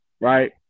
Right